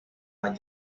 like